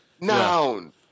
noun